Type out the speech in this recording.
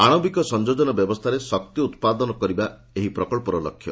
ଆଣବିକ ସଂଯୋଜନ ବ୍ୟବସ୍ଥାରେ ଶକ୍ତି ଉତ୍ପାଦନ କରିବା ଏହି ପ୍ରକଳ୍ପର ଲକ୍ଷ୍ୟ